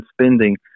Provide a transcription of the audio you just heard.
spending